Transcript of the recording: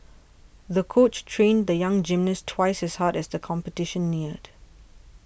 the coach trained the young gymnast twice as hard as the competition neared